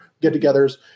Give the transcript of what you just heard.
get-togethers